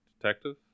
detective